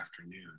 afternoon